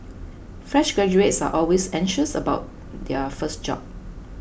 fresh graduates are always anxious about their first job